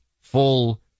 full